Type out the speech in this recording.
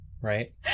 Right